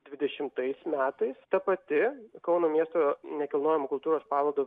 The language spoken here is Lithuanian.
dvidešimtais metais ta pati kauno miesto nekilnojamo kultūros paveldo